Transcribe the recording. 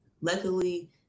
Luckily